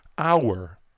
hour